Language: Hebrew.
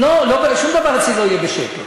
לא, שום דבר אצלי לא יהיה בשקט.